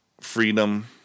freedom